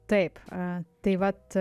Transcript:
taip a tai vat